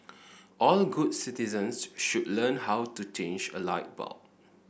all good citizens should learn how to change a light bulb